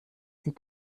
sieht